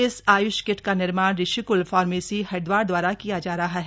इस आय्ष किट का निर्माण ऋषिक्ल फार्मेसी हरिद्वार द्वारा किया जा रहा है